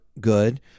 good